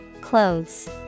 Clothes